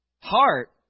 Heart